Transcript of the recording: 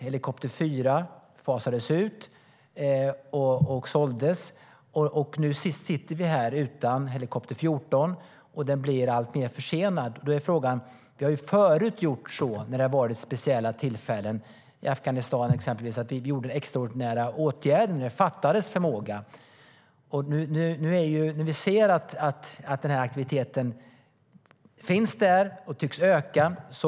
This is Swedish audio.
Helikopter 4 fasades ut och såldes, och nu sitter vi här utan helikopter 14 som blir alltmer försenad. Tidigare när det har varit speciella tillfällen - till exempel i Afghanistan - har vi vidtagit extraordinära åtgärder när det har fattats förmåga. Aktiviteten finns där och tycks öka.